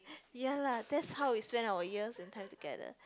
ya lah that's how we spent our years and time together